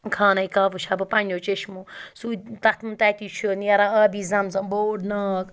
خانہ کعبہ وٕچھِ ہا بہٕ پنٛنیو چٔشمو سُے تَتھ تَتی چھُ نیران آبِ زَم زَم بوٚڑ ناگ